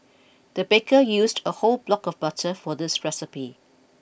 the baker used a whole block of butter for this recipe